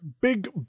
Big